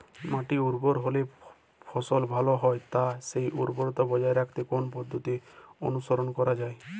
মাটি উর্বর হলে ফলন ভালো হয় তাই সেই উর্বরতা বজায় রাখতে কোন পদ্ধতি অনুসরণ করা যায়?